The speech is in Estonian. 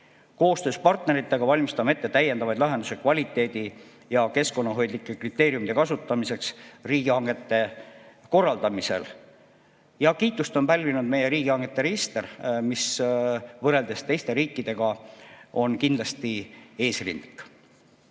Koostöös partneritega valmistame ette täiendavaid lahendusi kvaliteedi ja keskkonnahoidlike kriteeriumide kasutamiseks riigihangete korraldamisel. Kiitust on pälvinud meie riigihangete register, mis võrreldes teiste riikidega on kindlasti eesrindlik.